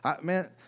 man